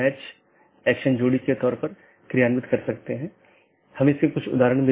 packet IBGP साथियों के बीच फॉरवर्ड होने के लिए एक IBGP जानकार मार्गों का उपयोग करता है